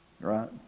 Right